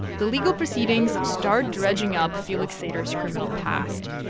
the legal proceedings start dredging up felix sater's criminal past,